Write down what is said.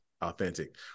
authentic